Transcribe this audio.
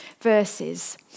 verses